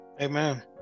amen